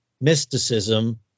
mysticism